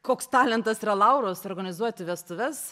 koks talentas yra lauros organizuoti vestuves